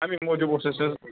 اَمی موٗجوٗب اوس اَسہِ حظ